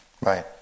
Right